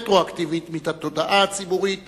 רטרואקטיבית, מן התודעה הציבורית